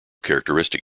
characteristic